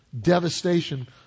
devastation